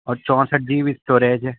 اور چونسٹھ G B storage ہے